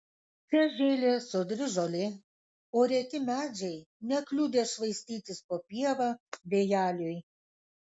čia žėlė sodri žolė o reti medžiai nekliudė švaistytis po pievą vėjeliui